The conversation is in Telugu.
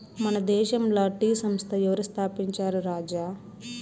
మన దేశంల టీ సంస్థ ఎవరు స్థాపించారు రాజా